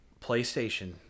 PlayStation